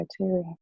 criteria